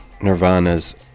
nirvana's